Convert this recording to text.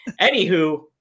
Anywho